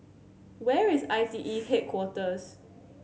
where is I T E Headquarters